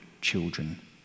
children